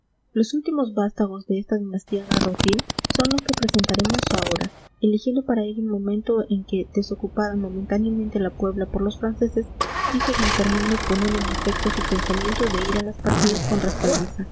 los últimos vástagos de esta dinastía garrotil son los que presentaremos ahora eligiendo para ello el momento en que desocupada momentáneamente la puebla por los franceses quiso d fernando poner en efecto su pensamiento de ir a las partidas con respaldiza